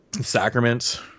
Sacraments